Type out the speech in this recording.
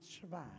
survive